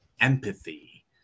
empathy